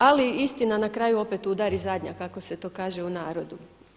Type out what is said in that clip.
Ali istina na kraju opet udari zadnja kako se to kaže u narodu.